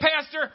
Pastor